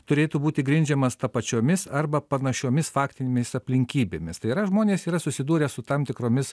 turėtų būti grindžiamas tapačiomis arba panašiomis faktinėmis aplinkybėmis tai yra žmonės yra susidūrę su tam tikromis